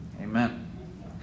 Amen